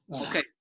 Okay